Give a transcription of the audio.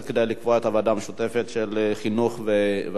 המשותפת של ועדת חינוך וועדת עלייה וקליטה.